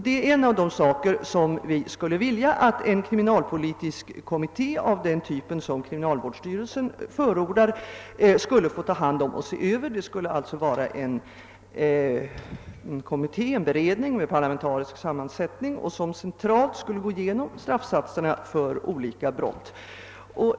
Det är en av de saker som vi skulle vilja att en kriminalpolitisk kommitté av den typ som kriminalvårdsstyrelsen förordar skulle få se över. Det skulle alltså vara fråga om en beredning med parlamentarisk sammansättning som centralt skulle gå igenom straffsatserna för olika brott.